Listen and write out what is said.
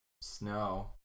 snow